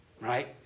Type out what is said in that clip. right